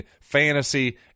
fantasy